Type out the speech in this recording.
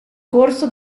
corso